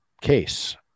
case